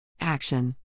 Action